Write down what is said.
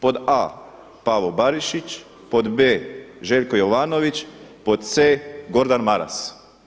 Pod a) Pavao Barišić, pod b) Željko Jovanović, pod c) Gordan Maras.